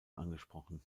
angesprochen